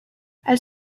elle